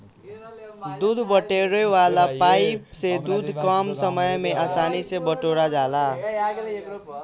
दूध बटोरे वाला पाइप से दूध कम समय में आसानी से बटोरा जाला